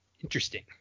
Interesting